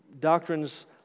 doctrines